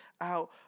out